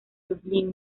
dublín